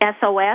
SOS